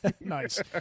Nice